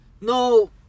No